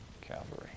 Calvary